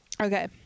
okay